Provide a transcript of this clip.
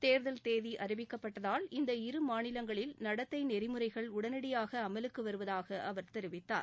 தேர்தல் தேதி அறிவிக்கப்பட்டதால் இந்த இருமாநிலங்களில் நடத்தை நெறிமுறைகள் உடனடியாக அமலுக்கு வருவதாக அவர் தெரிவித்தார்